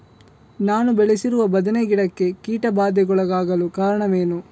ನಾನು ಬೆಳೆಸಿರುವ ಬದನೆ ಗಿಡಕ್ಕೆ ಕೀಟಬಾಧೆಗೊಳಗಾಗಲು ಕಾರಣವೇನು?